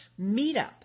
meetup